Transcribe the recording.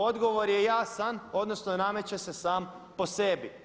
Odgovor je jasan, odnosno nameće se sam po sebi.